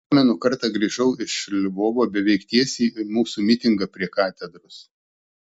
pamenu kartą grįžau iš lvovo beveik tiesiai į mūsų mitingą prie katedros